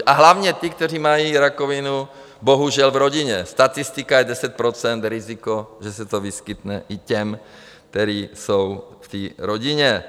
A hlavně ti, kteří mají rakovinu bohužel v rodině, statistika je 10 % riziko, že se to vyskytne i u těch, kteří jsou v té rodině.